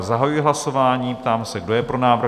Zahajuji hlasování a ptám se, kdo je pro návrh?